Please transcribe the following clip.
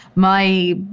my.